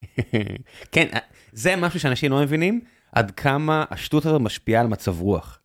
כן זה משהו שאנשים לא מבינים עד כמה השטות הזו משפיעה על המצב רוח.